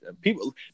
people